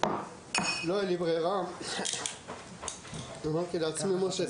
לא הייתה לי ברירה, אמרתי לעצמי "משה,